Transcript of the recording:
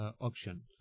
option